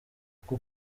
uku